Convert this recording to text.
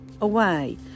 away